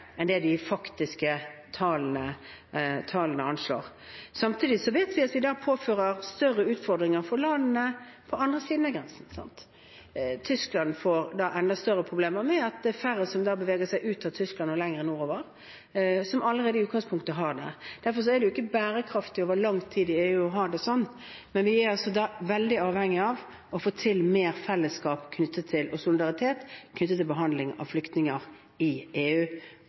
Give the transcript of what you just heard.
enn det de faktiske tallene anslår. Samtidig vet vi at vi da påfører større utfordringer for landene på den andre siden av grensen. Tyskland, som allerede i utgangspunktet har problemer, får da enda større problemer ved at det er færre som beveger seg ut av Tyskland og lenger nordover. Derfor er det ikke bærekraftig over lang tid å ha det slik i EU, men vi er veldig avhengig av å få til mer fellesskap og solidaritet knyttet til behandling av flykninger i EU.